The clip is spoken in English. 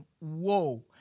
whoa